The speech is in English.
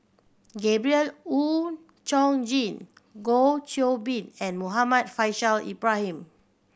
Gabriel Oon Chong Jin Goh Qiu Bin and Muhammad Faishal Ibrahim